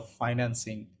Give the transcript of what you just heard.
financing